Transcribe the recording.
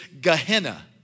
Gehenna